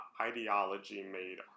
ideology-made